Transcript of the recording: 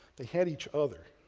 they had each other.